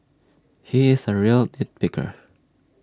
he is A real nit picker